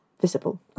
visible